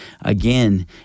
again